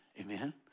amen